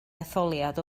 etholiad